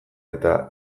eta